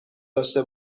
داشته